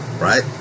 right